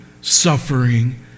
suffering